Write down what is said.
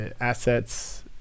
assets